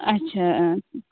اچھا